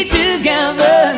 together